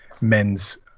men's